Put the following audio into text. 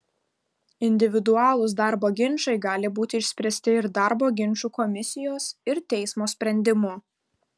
individualūs darbo ginčai gali būti išspręsti ir darbo ginčų komisijos ir teismo sprendimu